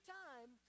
time